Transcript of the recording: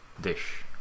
dish